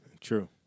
True